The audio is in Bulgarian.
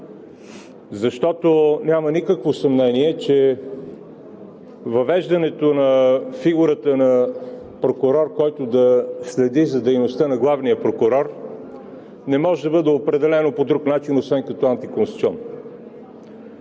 Защото няма никакво съмнение, че въвеждането на фигурата на прокурор, който да следи за дейността на главния прокурор, не може да бъде определено по друг начин, освен като антиконституционно.